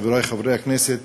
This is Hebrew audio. חברי חברי הכנסת,